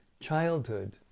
childhood